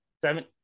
seven